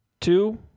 Two